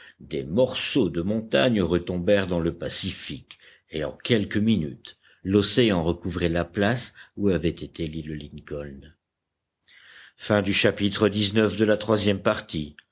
des morceaux de montagnes retombèrent dans le pacifique et en quelques minutes l'océan recouvrait la place où avait été l'île lincoln